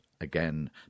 again